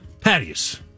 Patties